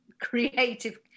creative